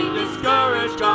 discouraged